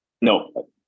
No